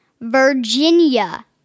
Virginia